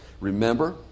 Remember